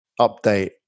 update